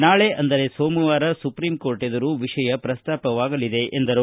ನಾಳೆ ಸೋಮವಾರ supreme court ಎದುರು ವಿಷಯ ಪ್ರಸ್ತಾಪವಾಗಲಿದೆ ಎಂದರು